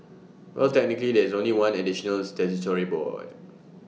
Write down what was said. well technically there's only one additional statutory board